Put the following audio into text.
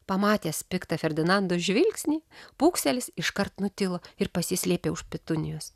pamatęs piktą ferdinando žvilgsnį pūkselis iškart nutilo ir pasislėpė už petunijos